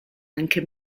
anche